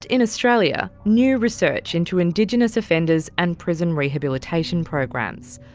in australia, new research into indigenous offenders and prison rehabilitation programs.